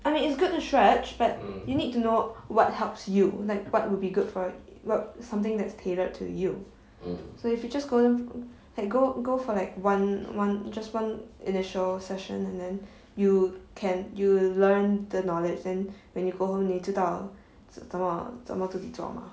I mean it's good to stretch but you need to know what helps you like what will be good for wh~ something that is tailored to you so if you just go like go go for like one one just one initial session and then you can you learn the knowledge then when you go home 你知道怎么怎么自己做吗